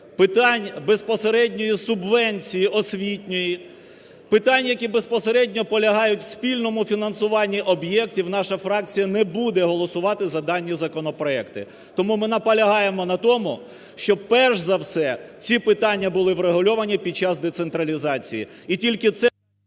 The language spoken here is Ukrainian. питань безпосередньої субвенції освітньої, питань, які безпосередньо полягають в спільному фінансуванні об'єктів, наша фракція не буде голосувати за дані законопроекти. Тому ми наполягаємо на тому, щоб, перш за все, ці питання були врегульовані під час децентралізації.